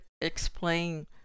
explain